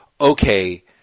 okay